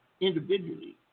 individually